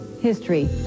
history